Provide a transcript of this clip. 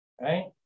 Right